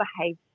behave